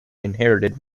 inherited